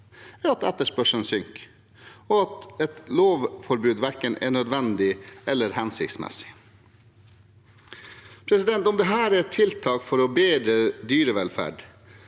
ved at etterspørselen synker, og at et lovforbud verken er nødvendig eller hensiktsmessig. Om dette er et tiltak for å bedre dyrevelferd,